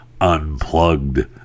Unplugged